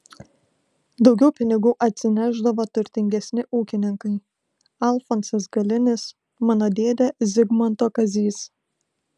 daugiau pinigų atsinešdavo turtingesni ūkininkai alfonsas galinis mano dėdė zigmanto kazys